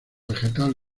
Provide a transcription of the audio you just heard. vegetal